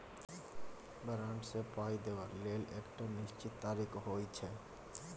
बारंट सँ पाइ देबा लेल एकटा निश्चित तारीख होइ छै